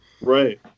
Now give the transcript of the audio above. Right